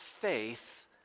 faith